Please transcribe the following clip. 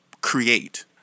create